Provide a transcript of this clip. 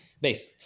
Base